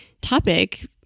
topic